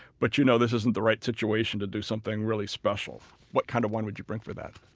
but you know this isn't the right situation to do something really special. what kind of wine would you bring for that?